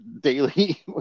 daily